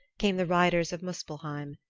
came the riders of muspelheim,